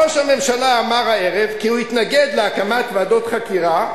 ראש הממשלה אמר הערב כי הוא התנגד להקמת ועדות חקירה.